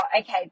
okay